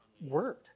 word